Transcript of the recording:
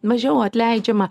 mažiau atleidžiama